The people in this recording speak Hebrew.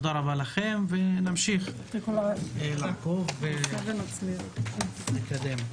נמשיך לעקוב ולהתקדם.